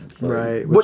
Right